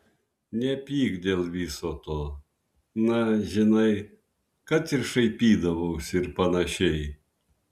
nepyk dėl viso to na žinai kad šaipydavausi ir panašiai